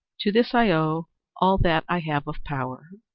to this i owe all that i have of power,